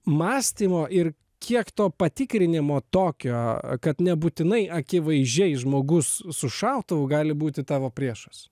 mąstymo ir kiek to patikrinimo tokio kad nebūtinai akivaizdžiai žmogus su šautuvu gali būti tavo priešas